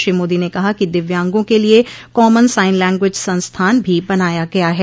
श्री मोदी ने कहा कि दिव्यांगों के लिए कॉमन साइन लैंग्वेज संस्थान भी बनाया गया है